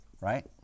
right